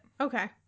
Okay